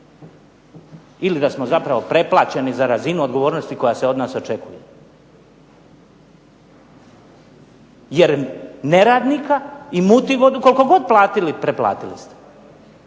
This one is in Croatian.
ili da smo zapravo preplaćeni za razinu odgovornosti koja se od nas očekuje, jer neradnika i mutivodu koliko god platili preplatili ste.